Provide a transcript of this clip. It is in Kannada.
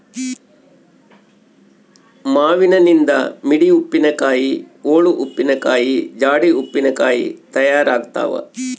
ಮಾವಿನನಿಂದ ಮಿಡಿ ಉಪ್ಪಿನಕಾಯಿ, ಓಳು ಉಪ್ಪಿನಕಾಯಿ, ಜಾಡಿ ಉಪ್ಪಿನಕಾಯಿ ತಯಾರಾಗ್ತಾವ